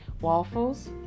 waffles